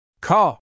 Call